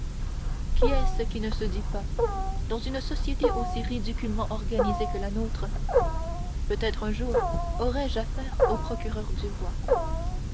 qui est-ce qui ne se dit pas dans une société aussi ridiculement organisée que la nôtre peut-être un jour aurai-je affaire au procureur du roi